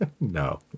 No